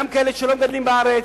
גם כאלה שלא מגדלים בארץ.